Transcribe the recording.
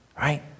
right